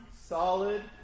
solid